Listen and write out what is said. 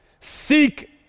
Seek